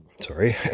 sorry